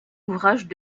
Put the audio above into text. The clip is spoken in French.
ouvrages